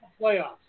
playoffs